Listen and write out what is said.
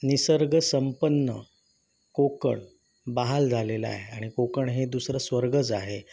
निसर्गसंपन्न कोकण बहाल झालेलं आहे आणि कोकण हे दुसरं स्वर्गच आहे